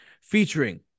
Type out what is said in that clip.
featuring